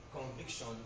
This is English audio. conviction